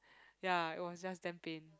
ya it was just damn pain